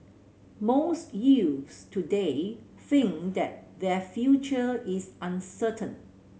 most youths today think that their future is uncertain